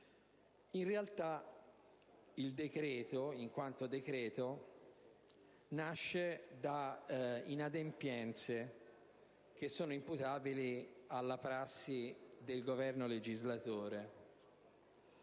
In realtà il decreto in quanto tale nasce da inadempienze imputabili alla prassi del Governo legislatore.